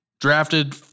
Drafted